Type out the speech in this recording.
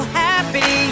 happy